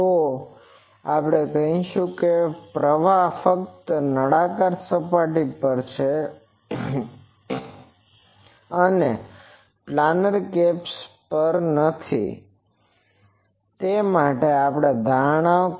તો આપણે કહીશું કે ફક્ત પ્રવાહ નળાકાર સપાટી પર છે આ પ્લાનર કેપ્સ પર નથી તે માટે જ આ ધારણાઓ છે